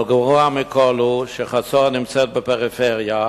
אבל הגרוע מכול הוא שחצור נמצאת בפריפריה,